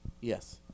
Yes